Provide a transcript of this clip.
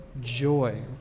joy